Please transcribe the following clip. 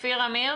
כפיר עמיר